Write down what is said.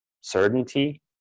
certainty